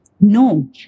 No